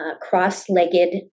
cross-legged